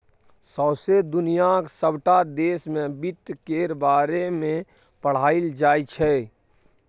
सौंसे दुनियाक सबटा देश मे बित्त केर बारे मे पढ़ाएल जाइ छै